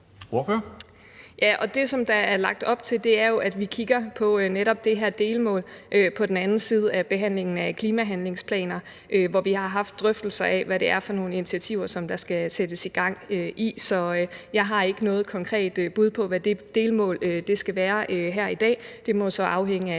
(S): Ja, og det, der er lagt op til, er jo, at vi kigger på netop det her delmål på den anden side af behandlingen af klimahandlingsplanerne, hvor vi har haft drøftelser af, hvad det er for nogle initiativer, der skal sættes i gang. Så jeg har her i dag ikke noget konkret bud på, hvad det delmål skal være. Det må afhænge af